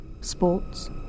Sports